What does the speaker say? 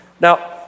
Now